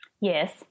Yes